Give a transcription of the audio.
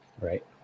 Right